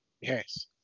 Yes